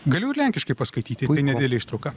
galiu ir lenkiškai paskaityti nedidelę ištrauką